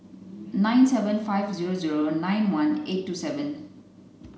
nine five zero zero nine one eight two seven